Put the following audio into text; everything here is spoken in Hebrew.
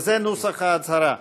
וזה נוסח ההצהרה: